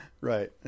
right